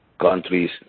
countries